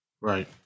Right